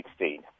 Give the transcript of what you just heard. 2016